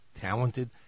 talented